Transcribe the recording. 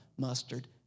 Mustard